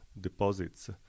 deposits